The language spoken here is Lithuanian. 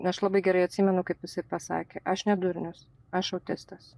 aš labai gerai atsimenu kaip jisai pasakė aš ne durnius aš autistas